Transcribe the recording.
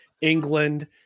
England